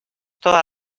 toda